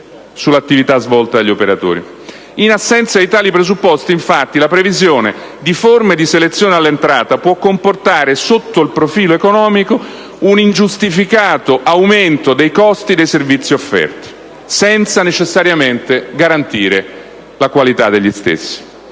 In assenza di tali presupposti, infatti, la previsione di forme di selezione all'entrata può comportare, sotto il profilo economico, un ingiustificato aumento dei costi dei servizi offerti, senza necessariamente garantire la qualità degli stessi».